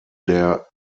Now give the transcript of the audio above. der